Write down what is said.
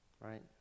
Right